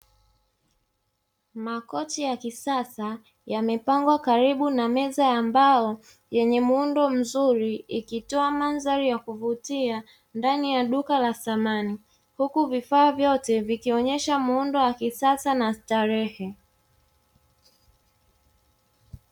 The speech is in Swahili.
Makochi ya kisasa yamepangwa karibu na meza ya mbao yenye muundo mzuri ikitoa mandhari ya kuvutia ndani ya duka la samani, huku vifaa vyote vikionyesha muundo wa kisasa na starehe.